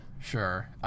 Sure